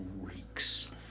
reeks